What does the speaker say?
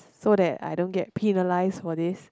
so that I don't get penalise for this